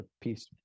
piece